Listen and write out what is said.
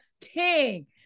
King